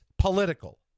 political